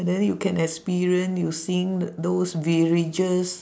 then you can experience you seeing those villagers